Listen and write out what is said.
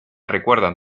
recuerdan